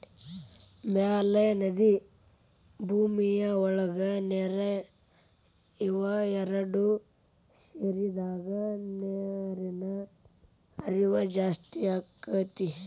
ಮ್ಯಾಲ ನದಿ ಭೂಮಿಯ ಒಳಗ ನೇರ ಇವ ಎರಡು ಸೇರಿದಾಗ ನೇರಿನ ಹರಿವ ಜಾಸ್ತಿ ಅಕ್ಕತಿ